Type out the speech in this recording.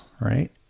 right